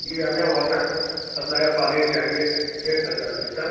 جی ہمیں water supplier پانی چاہیے ایک ہزار لیٹر